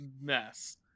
mess